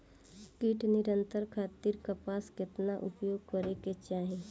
कीट नियंत्रण खातिर कपास केतना उपयोग करे के चाहीं?